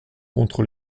contre